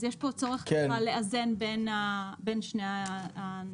אז יש פה צורך ככה לאזן בין שני הצדדים.